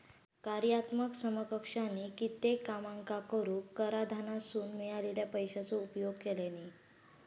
कार्यात्मक समकक्षानी कित्येक कामांका करूक कराधानासून मिळालेल्या पैशाचो उपयोग केल्यानी